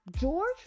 George